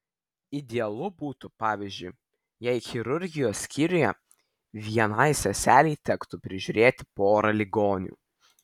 idealu būtų pavyzdžiui jei chirurgijos skyriuje vienai seselei tektų prižiūrėti porą ligonių